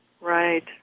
Right